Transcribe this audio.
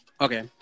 Okay